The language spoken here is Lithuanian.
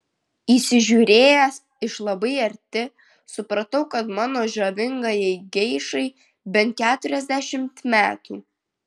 įsižiūrėjęs iš labai arti supratau kad mano žavingajai geišai bent keturiasdešimt metų